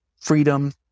freedom